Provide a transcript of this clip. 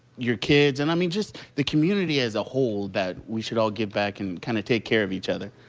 your kids and i mean, just the community as a whole, that we should all give back and kind of take care of each other.